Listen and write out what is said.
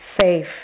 safe